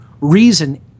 reason